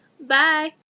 bye